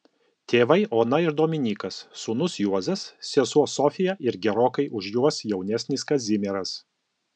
tėvai ona ir dominykas sūnus juozas sesuo sofija ir gerokai už juos jaunesnis kazimieras